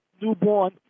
newborn